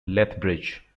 lethbridge